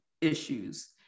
issues